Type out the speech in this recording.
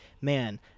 man